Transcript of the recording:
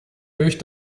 durch